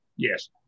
Yes